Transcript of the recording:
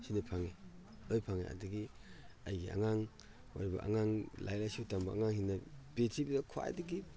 ꯁꯤꯅ ꯐꯪꯉꯦ ꯂꯣꯏ ꯐꯪꯉꯦ ꯑꯩꯒꯤ ꯑꯉꯥꯡ ꯑꯣꯏꯔꯤꯕ ꯑꯉꯥꯡ ꯂꯥꯏꯔꯤꯛ ꯂꯥꯏꯁꯨ ꯇꯝꯕ ꯑꯉꯥꯡꯁꯤꯡꯗ ꯄ꯭ꯔꯤꯊꯤꯕꯤꯗ ꯈ꯭ꯋꯥꯏꯗꯒꯤ